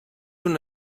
una